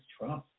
trust